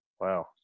wow